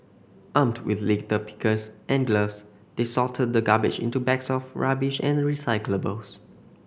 armed with litter pickers and gloves they sorted the garbage into bags for rubbish and recyclables